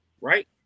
Right